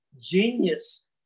genius